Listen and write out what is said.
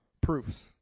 proofs